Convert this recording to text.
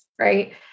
right